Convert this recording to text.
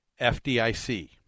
FDIC